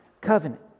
covenant